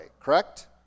correct